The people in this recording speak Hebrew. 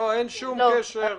לא, אין שום קשר.